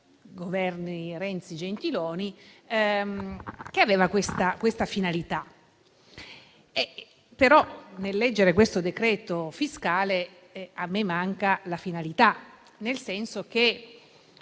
Governi Renzi e Gentiloni, che aveva questa finalità. Nel leggere questo decreto-legge fiscale a me manca la finalità, nel senso che